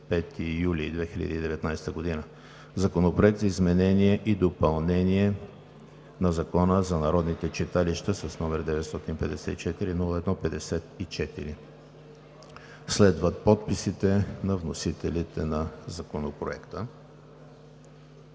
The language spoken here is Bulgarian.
25 юли 2019 г. Законопроект за изменение и допълнение на Закона за народните читалища, № 954 01 54.“ Следват подписите на вносителите на Законопроекта.